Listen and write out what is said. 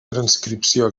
transcripció